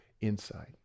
insight